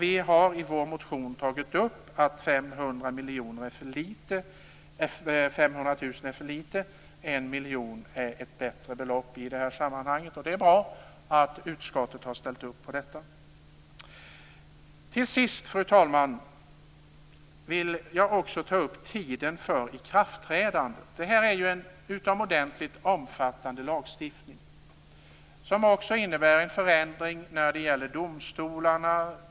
Vi har i vår motion sagt att 500 000 kr är för litet. 1 miljon kronor är ett lämpligare belopp. Det är bra att utskottet har ställt sig bakom detta. Till sist, fru talman, vill jag också ta upp tiden för ikraftträdandet. Detta är ju en utomordentligt omfattande lagstiftning som också innebär en förändring när det gäller domstolarna.